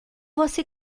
você